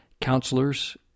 counselors